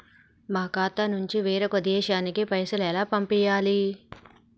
మా ఖాతా నుంచి వేరొక దేశానికి పైసలు ఎలా పంపియ్యాలి?